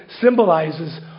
symbolizes